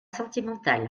sentimental